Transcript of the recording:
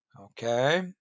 okay